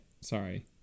Sorry